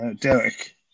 Derek